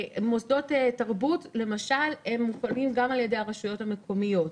מוסדות תרבות למשל מופעלים גם על ידי הרשויות המקומיות,